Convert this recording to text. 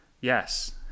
yes